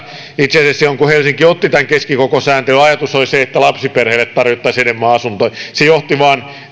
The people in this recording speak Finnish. itse asiassa silloin kun helsinki otti tämän keskikokosääntelyn ajatus oli se että lapsiperheille tarjottaisiin enemmän asuntoja se johti vain